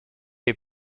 est